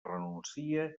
renuncia